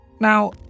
Now